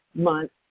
month